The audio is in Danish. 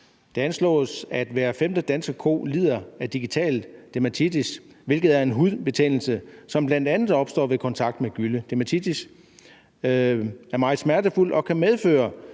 Det anslås, at hver femte danske ko lider af digital dermatitis, hvilket er en hudbetændelse, som bl.a. opstår ved kontakt med gylle. Dermatitis er meget smertefuldt og kan medføre,